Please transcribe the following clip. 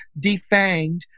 defanged